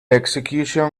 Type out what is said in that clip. execution